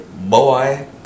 boy